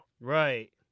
right